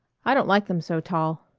i don't like them so tall.